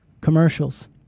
Commercials